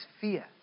fear